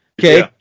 Okay